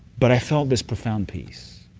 but i found this profound peace,